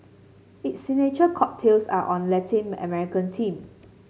its signature cocktails are on Latin American theme